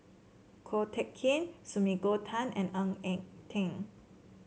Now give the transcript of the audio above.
Ko Teck Kin Sumiko Tan and Ng Eng Teng